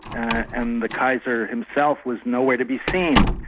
and the kaiser himself was nowhere to be seen.